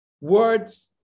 words